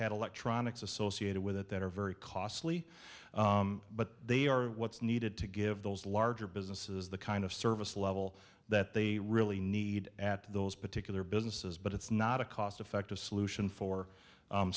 had electronics associated with it that are very costly but they are what's needed to give those larger businesses the kind of service level that they really need at those particular businesses but it's not a cost effective solution for